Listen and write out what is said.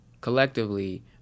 collectively